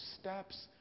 steps